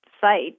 site